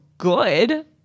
good